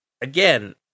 Again